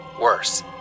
Worse